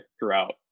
throughout